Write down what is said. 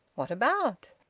what about?